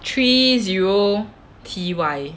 three zero T_Y